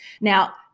Now